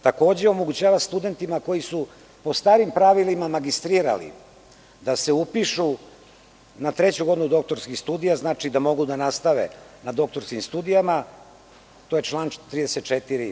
Takođe, omogućava studentima koji su po starim pravilima magistrirali da se upišu na treću godinu doktorskih studija, znači da mogu da nastave na doktorskim studijama, član 34.